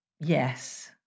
yes